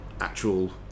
actual